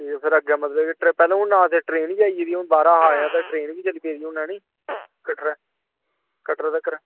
ठीक ऐ फिर अग्गै मतलब कि पैहलें हुन आखदे ट्रेन बी आई गेदी हुन बारां अस आए आं ते ट्रेन बी चली पेदी हुन हैनी कटड़ा कटड़ा तक्कर